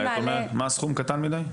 הסכום קטן מידי?